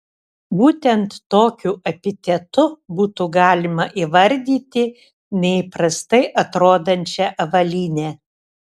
būtent tokiu epitetu būtų galima įvardyti neįprastai atrodančią avalynę